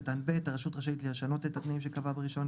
6/ב'.הרשות רשאית לשנות את התנאים שקבעה ברישיון,